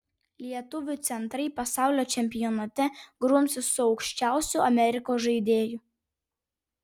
lietuvių centrai pasaulio čempionate grumsis su aukščiausiu amerikos žaidėju